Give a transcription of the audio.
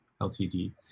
LTD